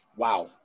Wow